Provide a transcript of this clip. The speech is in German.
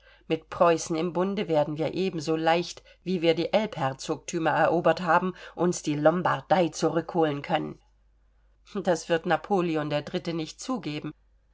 mit preußen im bunde werden wir ebenso leicht wie wir die elbherzogtümer erobert haben uns die lombardei zurückholen können das wird napoleon iii nicht zugeben